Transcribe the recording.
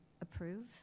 approve